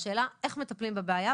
השאלה היא איך מטפלים בבעיה.